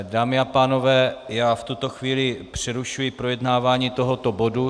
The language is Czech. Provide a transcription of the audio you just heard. Dámy a pánové, já v tuto chvíli přerušuji projednávání tohoto bodu.